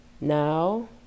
now